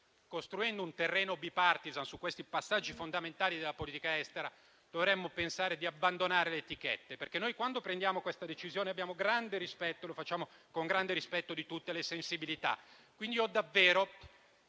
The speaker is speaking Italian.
costruendo un terreno *bipartisan* su questi passaggi fondamentali della politica estera, dovremmo pensare di abbandonare le etichette. Quando prendiamo questa decisione, abbiamo grande rispetto e lo facciamo con grande rispetto di tutte le sensibilità.